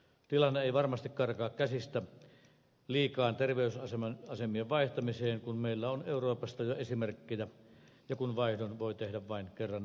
tilanne ei varmasti karkaa käsistä liikaan terveysasemien vaihtamiseen kun meillä on euroopasta jo esimerkkejä ja kun vaihdon voi tehdä vain kerran vuodessa